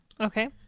Okay